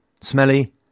Smelly